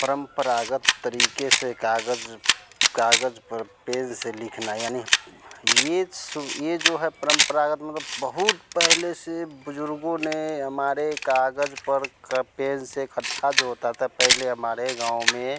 परम्परागत तरीक़े से काग़ज़ काग़ज़ पर पेन से लिखना यानी यह सु यह जो है परम्परागत मतलब बहुत पहले से बुज़ुर्गों ने हमारे काग़ज़ पर क पेन से खट्ठा जो होता था पहले हमारे गाँव में